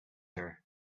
her